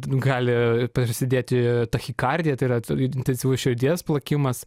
nu gali prasidėti tachikardija tai yra intensyvus širdies plakimas